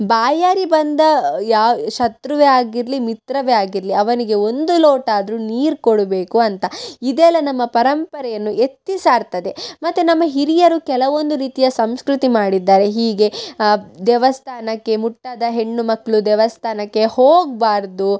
ಬಾಯಾರಿ ಬಂದ ಯಾ ಶತ್ರುವೇ ಆಗಿರಾಲಿ ಮಿತ್ರನೆ ಆಗಿರಲಿ ಅವನಿಗೆ ಒಂದು ಲೋಟ ಆದರೂ ನೀರು ಕೊಡಬೇಕು ಅಂತ ಇದೆಲ್ಲ ನಮ್ಮ ಪರಂಪರೆಯನ್ನು ಎತ್ತಿ ಸಾರ್ತದೆ ಮತ್ತು ನಮ್ಮ ಹಿರಿಯರು ಕೆಲವೊಂದು ರೀತಿಯ ಸಂಸ್ಕೃತಿ ಮಾಡಿದ್ದಾರೆ ಹೀಗೆ ದೇವಸ್ಥಾನಕ್ಕೆ ಮುಟ್ಟಾದ ಹೆಣ್ಣುಮಕ್ಕಳು ದೇವಸ್ಥಾನಕ್ಕೆ ಹೋಗಬಾರ್ದು